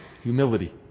Humility